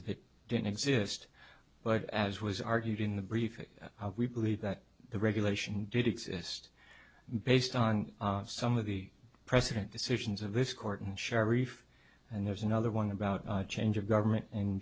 if it didn't exist but as was argued in the briefing we believe that the regulation did exist based on some of the president decisions of this court and shareef and there's another one about change of government